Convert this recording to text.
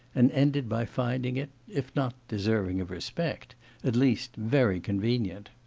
and ended by finding it if not deserving of respect at least very convenient.